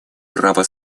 право